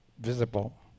visible